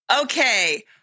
Okay